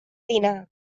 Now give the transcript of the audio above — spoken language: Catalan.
dinar